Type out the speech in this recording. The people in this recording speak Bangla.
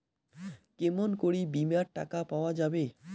কেমন করি বীমার টাকা পাওয়া যাবে?